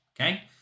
Okay